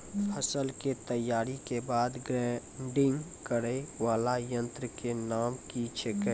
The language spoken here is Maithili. फसल के तैयारी के बाद ग्रेडिंग करै वाला यंत्र के नाम की छेकै?